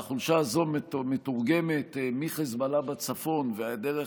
והחולשה הזו מתורגמת מחיזבאללה בצפון דרך